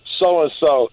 so-and-so